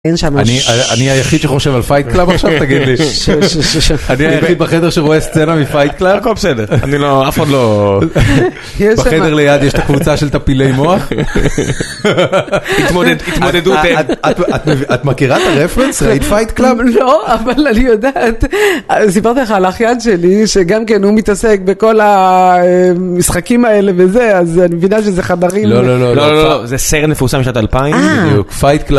אני היחיד שחושב על פייט קלאב עכשיו, תגיד לי, אני היחיד בחדר שרואה סצנה מפייט קלאב, אני לא, אף עוד לא, בחדר ליד יש את הקבוצה של טפילי מוח, התמודדות, את מכירה את הרפרנס ראית פייט קלאב? לא, אבל אני יודעת, אני סיפרת לך על אחיין שלי, שגם כן הוא מתעסק בכל המשחקים האלה וזה, אז אני מבינה שזה חדרים, לא לא לא, זה סרט מפורסם משנת 2000, פייט קלאב,